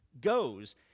goes